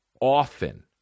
often